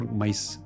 mice